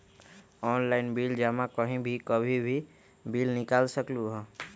Online bill जमा कहीं भी कभी भी बिल निकाल सकलहु ह?